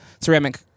ceramic